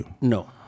No